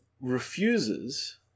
refuses